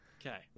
Okay